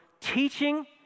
teaching